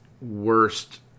Worst